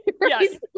Yes